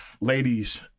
ladies